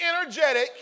energetic